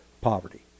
poverty